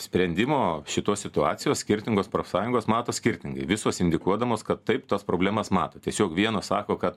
sprendimo šitos situacijos skirtingos profsąjungos mato skirtingai visos indikuodamos kad taip tas problemas mato tiesiog vienos sako kad